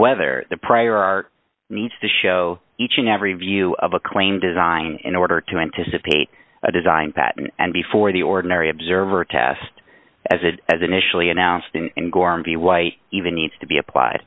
whether the prior art needs to show each and every view of a claim design in order to anticipate a design patent and before the ordinary observer test as it has initially announced and gorm be white even needs to be applied